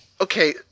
okay